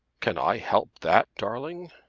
can i help that, darling?